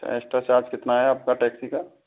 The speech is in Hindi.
अच्छा एक्स्ट्रा चार्ज कितना है आप का टैक्सी का